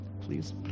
please